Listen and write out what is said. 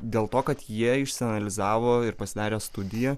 dėl to kad jie išsianalizavo ir pasidarė studiją